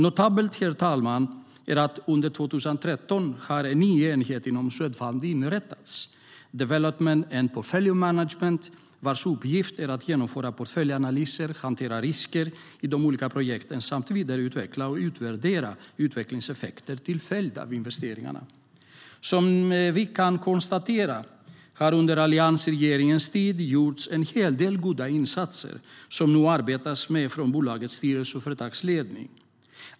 Notabelt, herr talman, är att under 2013 har en ny enhet inom Swedfund inrättats, Development and Portfolio Management, vars uppgift är att genomföra portföljanalyser, hantera risker i de olika projekten samt vidareutveckla och utvärdera utvecklingseffekter till följd av investeringarna. Som vi kan konstatera har det under alliansregeringens tid gjorts en hel del goda insatser som det nu arbetas med från bolagets styrelse och företagsledning.